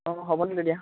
অঁ হ'ব তেন্তে দিয়া